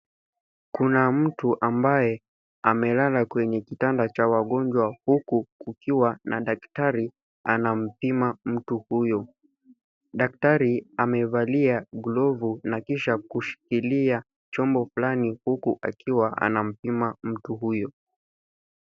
Kuna mtu ambaye amelala kwenye kitanda cha wagonjwa huku kukiwa na daktari anampima mtu huyo. Daktari amevalia glovu na kisha kushikilia chombo fulani huku akiwa anampima mtu huyu.